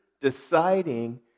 deciding